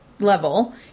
level